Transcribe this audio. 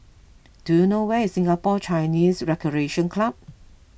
do you know where is Singapore Chinese Recreation Club